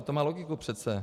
To má logiku přece.